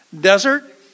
desert